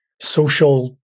social